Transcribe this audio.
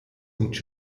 und